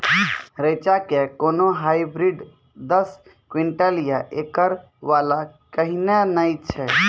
रेचा के कोनो हाइब्रिड दस क्विंटल या एकरऽ वाला कहिने नैय छै?